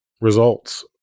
results